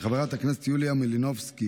חברת הכנסת יוליה מלינובסקי,